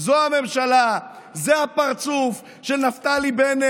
לא מאפשר לנו להגיש שאילתה